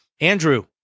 Andrew